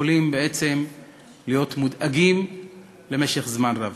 יכולים בעצם להיות מודאגים למשך זמן רב.